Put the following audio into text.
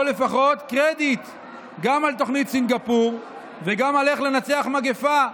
או לפחות קרדיט גם על תוכנית סינגפור וגם על "איך לנצח מגפה".